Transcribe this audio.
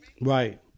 Right